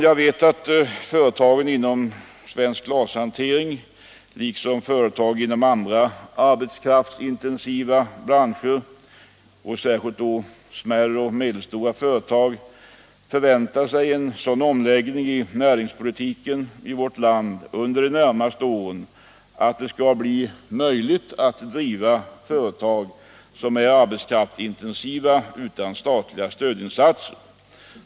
Jag vet att företagen inom svensk glashantering liksom företag inom andra arbetskraftsintensiva branscher, särskilt smärre och medelstora företag, förväntar sig en sådan omläggning av näringspolitiken i vårt land under de närmaste åren att det skall bli möjligt att driva företag som är arbetskraftsintensiva utan statliga stödinsatser.